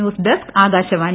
news desk Akashvani